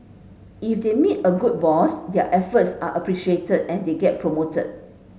if they meet a good boss their efforts are appreciated and they get promoted